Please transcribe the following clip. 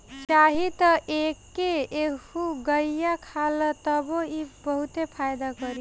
चाही त एके एहुंगईया खा ल तबो इ बहुते फायदा करी